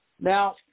Now